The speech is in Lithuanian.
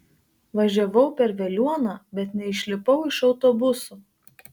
važiavau per veliuoną bet neišlipau iš autobuso